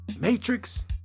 Matrix